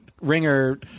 ringer